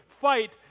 fight